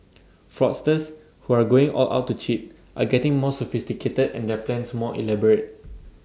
fraudsters who are going all out to cheat are getting more sophisticated and their plans more elaborate